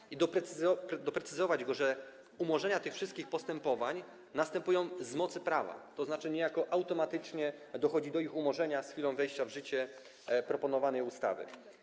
Chodzi o to, żeby go doprecyzować, że umorzenia tych wszystkich postępowań następują z mocy prawa, tzn. niejako automatycznie dochodzi do ich umorzenia z chwilą wejścia w życie proponowanej ustawy.